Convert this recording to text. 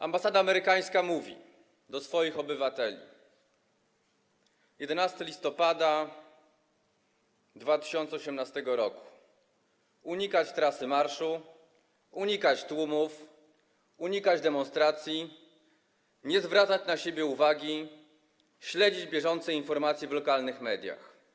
Ambasada amerykańska tak zwraca się do swoich obywateli: 11 listopada 2018 r. unikać trasy marszu, unikać tłumów, unikać demonstracji, nie zwracać na siebie uwagi, śledzić bieżące informacje w lokalnych mediach.